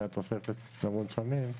והתוספת למונשמים,